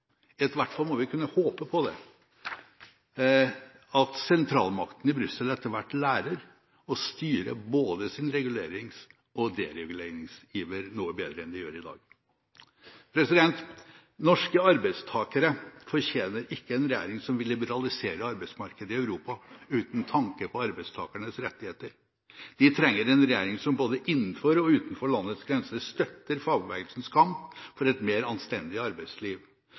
hvert fall må vi kunne håpe det – sentralmakten i Brussel etter hvert lærer å styre både sin regulerings- og sin dereguleringsiver noe bedre enn de gjør i dag. Norske arbeidstakere fortjener ikke en regjering som vil liberalisere arbeidsmarkedet i Europa uten tanke på arbeidstakernes rettigheter. De trenger en regjering som både innenfor og utenfor landets grenser støtter fagbevegelsens kamp for et mer anstendig arbeidsliv